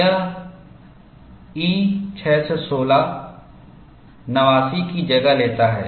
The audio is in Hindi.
यह E 616 89 की जगह लेता है